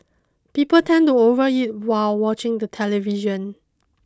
people tend to overeat while watching the television